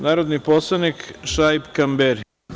Narodni poslanik Šaip Kamberi.